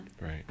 Right